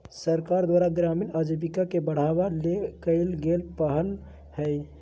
सरकार द्वारा ग्रामीण आजीविका के बढ़ावा ले कइल गेल पहल हइ